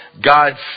God's